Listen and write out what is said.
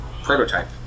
prototype